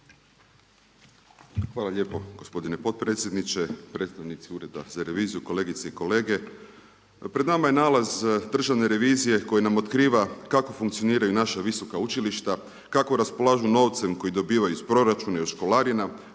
Hvala lijepo gospodine potpredsjedniče, predstavnici Ureda za reviziju, kolegice i kolege. Pred nama je nalaz Državne revizije koji nam otkriva kako funkcioniraju naša visoka učilišta, kako raspolažu novcem koji dobivaju iz proračuna i od školarina,